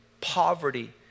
Poverty